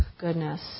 goodness